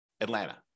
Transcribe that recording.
Atlanta